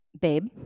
babe